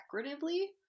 decoratively